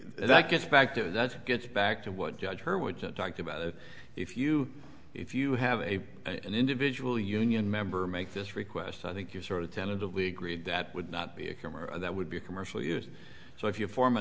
that gets back to that gets back to what judge her would just talked about if you if you have a an individual union member make this request i think you sort of tentatively agreed that would not be a camera that would be a commercial use so if you form a